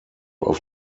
auf